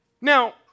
Now